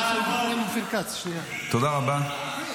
תודה רבה.